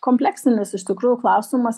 kompleksinis iš tikrųjų klausimas